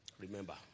Remember